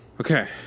Okay